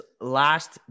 last